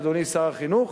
אדוני שר החינוך,